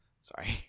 Sorry